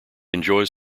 enjoys